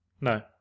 No